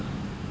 ya